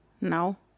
No